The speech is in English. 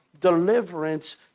deliverance